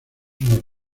unos